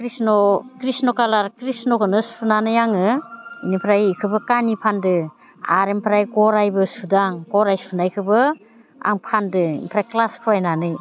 कृष्ण' कालार कृष्ण'खौनो सुनानै आङो बेनिफ्राय बेखौबो कानि फान्दो आरो ओमफ्राय गराइबो सुदों आं गराइ सुनायखौबो आं फान्दों ओमफ्राय क्लास फरायनानै